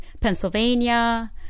Pennsylvania